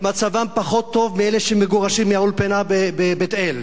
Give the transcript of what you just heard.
מצבם פחות טוב משל אלה שמגורשים מהאולפנה בבית-אל.